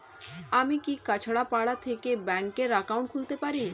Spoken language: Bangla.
আমি কি কাছরাপাড়া থেকে ব্যাংকের একাউন্ট খুলতে পারি?